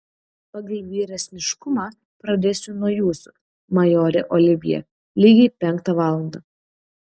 pagal vyresniškumą pradėsiu nuo jūsų majore olivjė lygiai penktą valandą